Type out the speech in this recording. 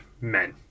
men